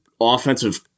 offensive